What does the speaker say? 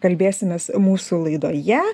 kalbėsimės mūsų laidoje